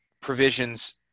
provisions